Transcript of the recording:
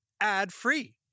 ad-free